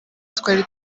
twari